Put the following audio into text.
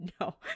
no